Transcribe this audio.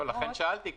לכן שאלתי.